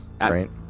right